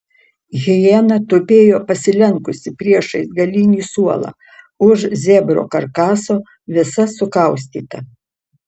hiena tupėjo pasilenkusi priešais galinį suolą už zebro karkaso visa sukaustyta